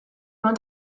ond